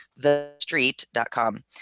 thestreet.com